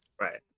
Right